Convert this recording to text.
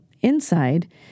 inside